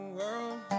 world